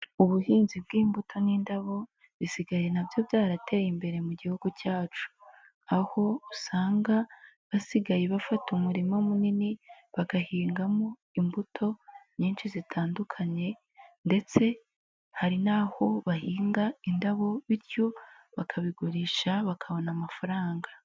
Ubuhinzi bw'imbuto n'indabo bisigaye na byo byarateye imbere mu Gihugu cyacu, aho usanga basigaye bafata umurima munini, bagahingamo imbuto nyinshi zitandukanye ndetse hari n'aho bahinga indabo, bityo bakabigurisha bakabona amafaranga.